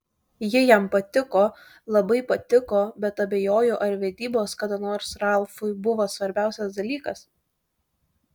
ji jam patiko labai patiko bet abejoju ar vedybos kada nors ralfui buvo svarbiausias dalykas